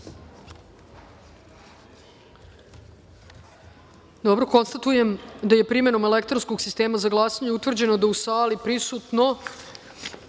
glasanje. Konstatujem da je primenom elektronskog sistema za glasanje utvrđeno da je u sali prisutno